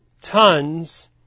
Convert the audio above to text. tons